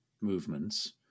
movements